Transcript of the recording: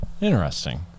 Interesting